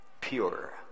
Pure